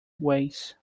ways